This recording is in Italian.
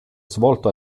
svolto